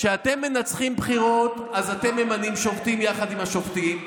כשאתם מנצחים בחירות אז אתם ממנים שופטים יחד עם השופטים,